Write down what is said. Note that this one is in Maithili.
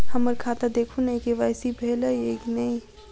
हम्मर खाता देखू नै के.वाई.सी भेल अई नै?